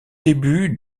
début